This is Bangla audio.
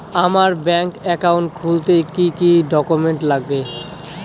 আমার ব্যাংক একাউন্ট খুলতে কি কি ডকুমেন্ট লাগবে?